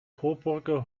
coburger